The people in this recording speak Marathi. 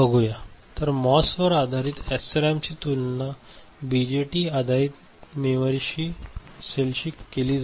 तर मॉस वर आधारित एसरॅम ची तुलना बीजेटी आधारित मेमरी सेलशी केली जाते